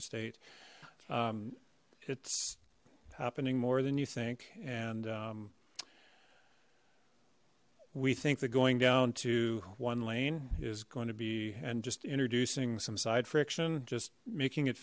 estate it's happening more than you think and we think that going down to one lane is going to be and just introducing some side friction just making it